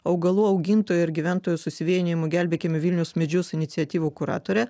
augalų augintojų ir gyventojų susivienijimų gelbėkime vilniaus medžius iniciatyvų kuratorė